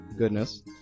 goodness